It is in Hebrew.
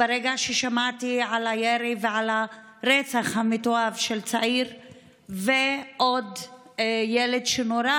ברגע ששמעתי על הירי ועל הרצח המתועב של צעיר ועוד ילד שנורה,